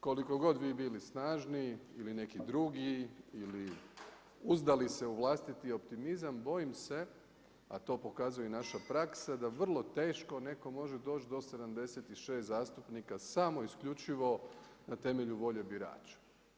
Koliko god vi bili snažni ili neki drugi ili uzdali se u vlastiti optimizam, bojim se, a to pokazuje i naša praksa, da vrlo teško netko može doći do 76 zastupnika, samo isključivo na temelju volje birača.